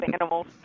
animals